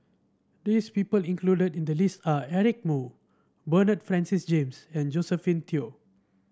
this people included in the list are Eric Moo Bernard Francis James and Josephine Teo